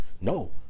No